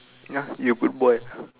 ya you good boy